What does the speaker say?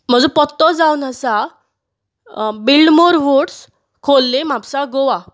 म्हजो पत्तो जावन आसा बिल्डमोर वूड्स खोर्ले म्हपसा गोवा